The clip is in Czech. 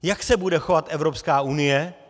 Jak se bude chovat Evropská unie?